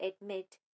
admit